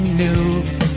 noobs